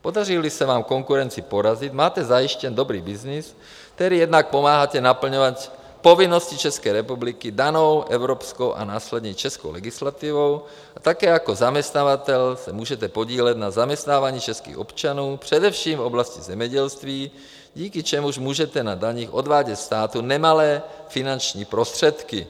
Podaříli se vám konkurenci porazit, máte zajištěn dobrý byznys, kterým jednak pomáháte naplňovat povinnost České republiky danou evropskou a následně českou legislativou, a také jako zaměstnavatel se můžete podílet na zaměstnávání českých občanů především v oblasti zemědělství, díky čemuž můžete na daních odvádět státu nemalé finanční prostředky.